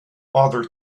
other